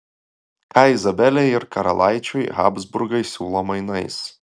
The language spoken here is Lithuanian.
ką izabelei ir karalaičiui habsburgai siūlo mainais